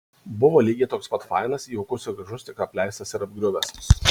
buvo lygiai toks pat fainas jaukus ir gražus tik apleistas ir apgriuvęs